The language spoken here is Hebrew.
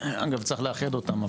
אגב צריך לאחד אותם,